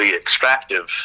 extractive